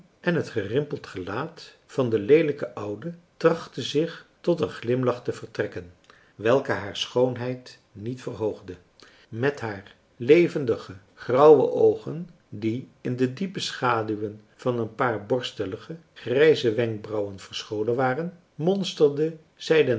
en het gerimpeld gelaat van de leelijke oude trachtte zich tot een glimlach te vertrekken welke haar schoonheid niet verhoogde met haar levendige grauwe oogen die in de diepe schaduwen van een paar borstelige grijze wenkbrauwen verscholen waren monsterde zij den